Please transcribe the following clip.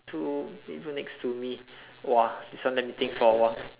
two people next to me !whoa! this one let me think for a while